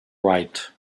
right